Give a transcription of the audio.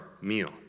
meal